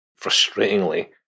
frustratingly